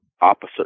opposite